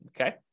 Okay